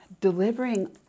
delivering